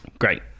Great